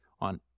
on